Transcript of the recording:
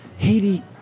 Haiti